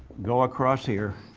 go across here